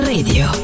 Radio